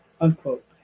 Unquote